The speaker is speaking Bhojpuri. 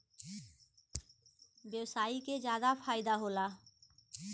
व्यवसायी के जादा फईदा होला